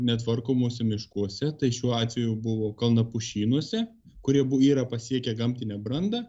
netvarkomuose miškuose tai šiuo atveju buvo kalnapušynuose kurie bu yra pasiekę gamtinę brandą